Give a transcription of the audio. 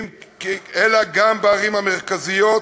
אלא גם בערים המרכזיות,